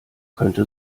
könnte